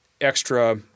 extra